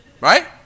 Right